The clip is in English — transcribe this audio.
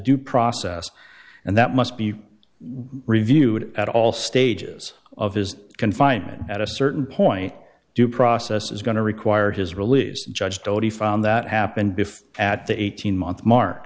due process and that must be reviewed at all stages of his confinement at a certain point due process is going to require his release judge doty found that happened before at the eighteen month mark